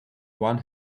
one